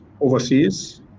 overseas